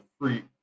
free